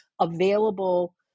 available